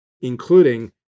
including